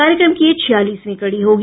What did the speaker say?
कार्यक्रम की यह छियालीसवीं कड़ी होगी